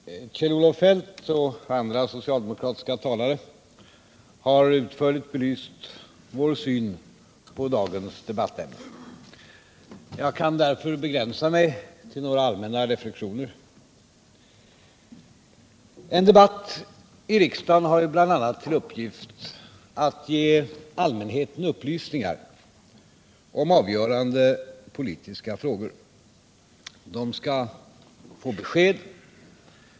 Herr talman! Kjell-Olof Feldt och andra socialdemokratiska talare har utförligt belyst vår syn på dagens debattämne. Jag kan därför begränsa mig till några allmänna reflexioner. En debatt i riksdagen har bl.a. till uppgift att ge allmänheten upplysningar om avgörande politiska frågor. Människorna skall få besked.